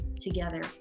together